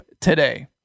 today